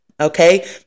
Okay